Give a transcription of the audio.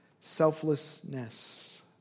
Selflessness